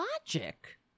logic